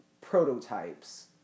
prototypes